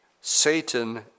Satan